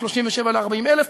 מ-37,000 ל-40,000,